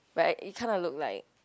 but it kinda look like